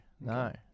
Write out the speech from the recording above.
no